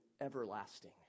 everlasting